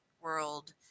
world